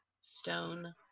Stone